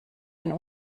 einen